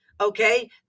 okay